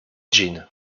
jin